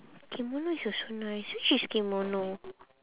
kimonos are so nice which is kimono